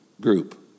group